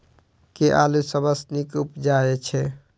केँ आलु सबसँ नीक उबजय छै?